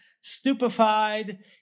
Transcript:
stupefied